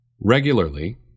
regularly